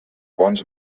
bons